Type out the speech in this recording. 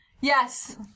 Yes